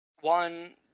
one